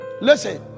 Listen